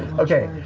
okay.